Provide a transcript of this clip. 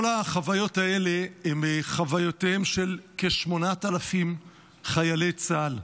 כל החוויות האלה הן חוויותיהם של כ-8,000 חיילי צה"ל,